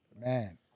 Man